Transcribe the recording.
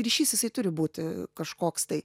ryšys jisai turi būti kažkoks tai